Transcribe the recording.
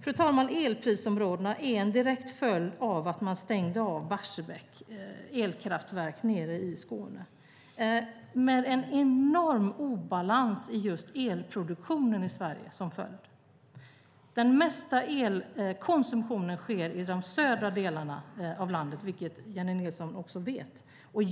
Fru talman! Elprisområdena är en direkt följd av att man stängde Barsebäck elkraftverk i Skåne, med en enorm obalans i just elproduktionen i Sverige som följd. Den mesta elkonsumtionen sker i de södra delarna av landet, vilket Jennie Nilsson också vet.